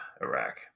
Iraq